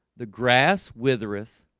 the grass withereth